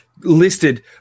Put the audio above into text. listed